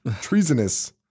treasonous